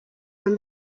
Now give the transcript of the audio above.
and